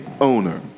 owner